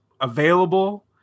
available